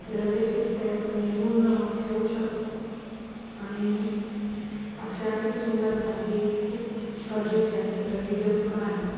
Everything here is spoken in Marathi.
आपल्याला जे सुचत आहे आपण लिहून ठेवू शकतो आणि अक्षरांची सुंदरता ही खूप गरजेची आहे वैविध्यपूर्ण आहे